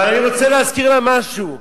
אבל אני רוצה להזכיר לה משהו.